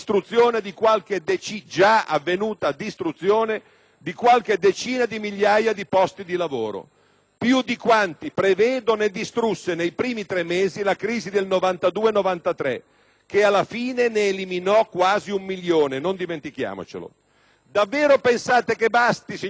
più di quanti - prevedo - ne distrusse nei primi tre mesi la crisi del 1992-1993, che alla fine ne eliminò quasi un milione, non dimentichiamocelo. Davvero pensate che basti, signor Ministro, rispondere con la concessione della cassa integrazione in deroga? Anche voi sapete